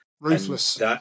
Ruthless